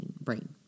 brain